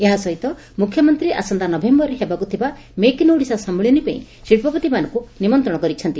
ଏହା ସହିତ ମୁଖ୍ୟମନ୍ତୀ ଆସନ୍ତା ନଭେୟରରେ ହେବାକୁ ଥିବା ମେକ୍ ଇନ୍ ଓଡ଼ିଶା ସନ୍ନିଳନୀ ପାଇଁ ଶିକ୍ରପତିମାନଙ୍କୁ ନିମନ୍ତଣ କରିଛନ୍ତି